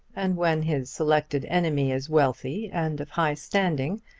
and when his selected enemy is wealthy and of high standing,